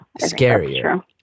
scarier